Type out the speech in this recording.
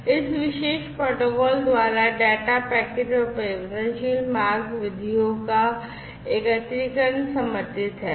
इस विशेष प्रोटोकॉल द्वारा डेटा पैकेट और परिवर्तनशील मार्ग विधियों का एकत्रीकरण समर्थित है